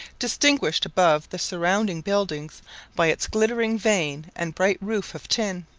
distinguished above the surroundings buildings by its glittering vane and bright roof of tin.